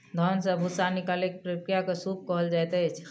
धान से भूस्सा निकालै के प्रक्रिया के सूप कहल जाइत अछि